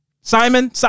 Simon